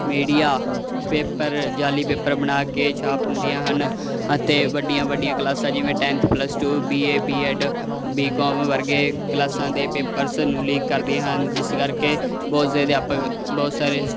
media paper ਜਾਅਲੀ paper ਬਣਾ ਕੇ ਛਾਪ ਦਿੰਦੀਆਂ ਹਨ ਅਤੇ ਵੱਡੀਆਂ ਵੱਡੀਆਂ ਕਲਾਸਾਂ ਜਿਵੇਂ tenth plus two BA BEd BCom ਵਰਗੇ ਕਲਾਸਾਂ ਦੇ ਪੇਪਰਸ ਨੂੰ ਲੀਕ ਕਰਦੀਆਂ ਹਨ ਜਿਸ ਕਰਕੇ ਬਹੁਤ ਸੇ ਅਧਿਆਪਕ ਬਹੁਤ ਸਾਰੇ